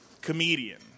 Comedian